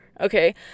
okay